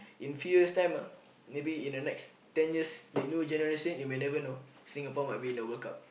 in three years time ah maybe in the next ten years the new generation you may never know Singapore might be in the World Cup